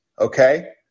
okay